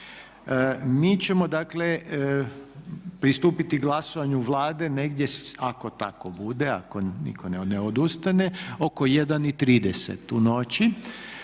Mi ćemo dakle pristupiti glasovanju Vlade negdje, ako tako bude ako nitko ne odustane, oko 1,30 u noći.